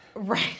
Right